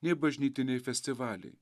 nei bažnytiniai festivaliai